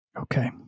Okay